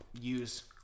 use